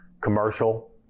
commercial